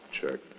Check